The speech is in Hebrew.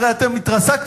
הרי אתם התרסקתם.